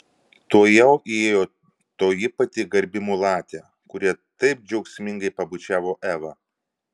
tuojau įėjo toji pati garbi mulatė kurią taip džiaugsmingai pabučiavo eva